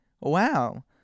Wow